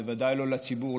בוודאי לא לציבור,